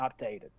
updated